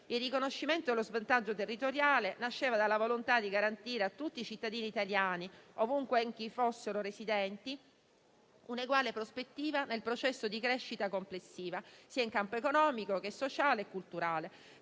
Il riconoscimento dello svantaggio territoriale nasceva dalla volontà di garantire a tutti i cittadini italiani, ovunque fossero residenti, un'eguale prospettiva nel processo di crescita complessiva, in campo economico, sociale e culturale,